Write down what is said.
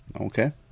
Okay